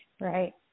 Right